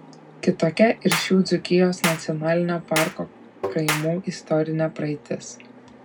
kitokia ir šių dzūkijos nacionalinio parko kaimų istorinė praeitis